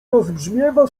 rozbrzmiewa